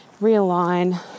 realign